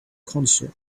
concert